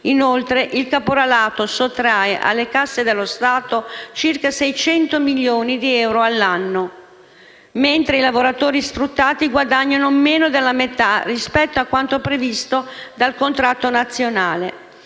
Inoltre, il caporalato sottrae alle casse dello Stato circa 600 milioni di euro all'anno, mentre i lavoratori sfruttati guadagnano meno della metà rispetto a quanto previsto dal contratto nazionale.